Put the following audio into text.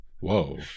whoa